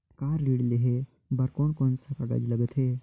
Car ऋण लेहे बार कोन कोन सा कागज़ लगथे?